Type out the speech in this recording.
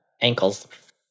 ankles